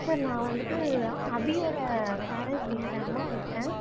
sir நான் வந்துவிட்டு அபியோட பேரெண்ட் பேசுகிறேன் அம்மா பேசுகிறேன்